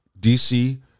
dc